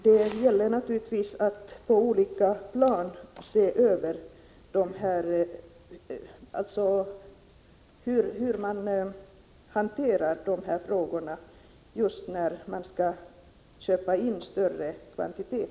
Det gäller naturligtvis att på olika plan se över hur man hanterar dessa frågor när man skall köpa in större kvantiteter.